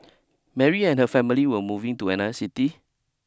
Mary and her family were moving to another city